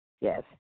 Yes